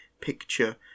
picture